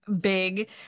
big